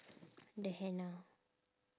the henna